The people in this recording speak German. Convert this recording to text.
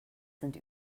sind